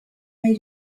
made